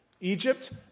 Egypt